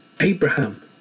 Abraham